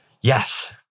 Yes